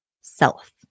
self